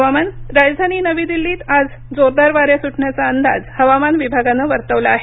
हुवामान राजधानी नवी दिल्लीत आज जोरदार वारे सुटण्याचा अंदाज हवामान विभागानं वर्तवला आहे